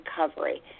recovery